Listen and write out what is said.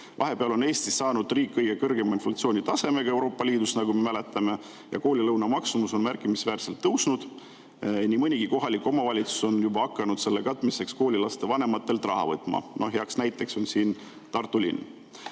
Vahepeal on Eestist saanud kõige kõrgema inflatsioonitasemega riik Euroopa Liidus, nagu me mäletame, ja koolilõuna maksumus on märkimisväärselt tõusnud. Nii mõnigi kohalik omavalitsus on juba hakanud selle katmiseks koolilaste vanematelt raha võtma. Hea näide on siin Tartu linn.